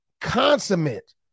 consummate